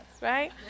right